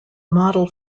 model